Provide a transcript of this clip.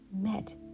met